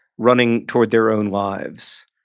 running toward their own lives.